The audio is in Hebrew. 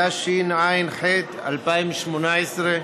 התשע"ט 2018,